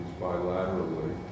bilaterally